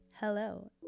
Hello